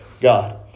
God